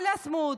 על סמוטריץ',